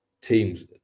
teams